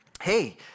hey